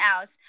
else